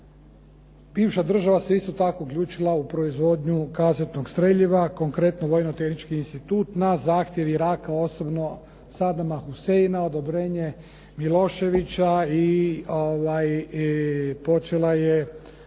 Bivša država se isto tako uključila u proizvodnju kazetnog streljiva, konkretno vojno-tehnički institut na zahtjev Iraka osobno Sadama Huseina, odobrenje Miloševića počeo je